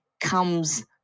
comes